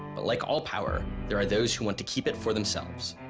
but like all power, there are those who want to keep it for themselves.